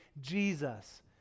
jesus